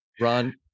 Ron